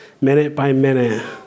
minute-by-minute